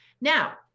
Now